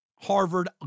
Harvard